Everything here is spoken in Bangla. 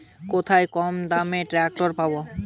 কোথায় কমদামে ট্রাকটার পাব?